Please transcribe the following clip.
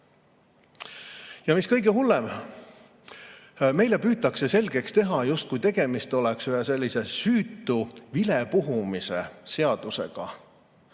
Mis kõige hullem: meile püütakse selgeks teha, justkui tegemist oleks ühe süütu vilepuhumise seadusega.